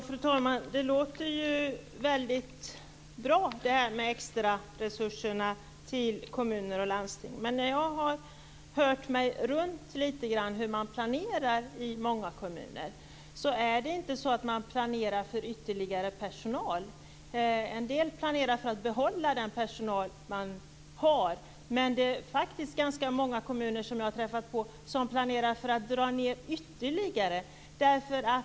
Fru talman! Det låter ju väldigt bra med extra resurser till kommuner och landsting. Men när jag har hört mig för om hur man planerar i många kommuner, visar det sig att man inte planerar för ytterligare personal. En del kommuner planerar för att kunna behålla den befintliga personalen, men det är faktiskt ganska många kommuner som planerar ytterligare neddragningar.